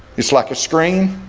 it's like a string.